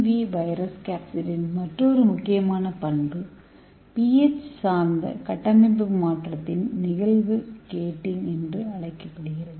we virus கேப்சிட்டின் மற்றொரு முக்கியமான பண்பு pH சார்ந்த கட்டமைப்பு மாற்றத்தின் நிகழ்வு கேட்டிங் என்று அழைக்கப்படுகிறது